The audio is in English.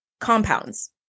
compounds